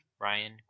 Ryan